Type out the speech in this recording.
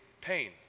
pain